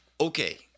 Okay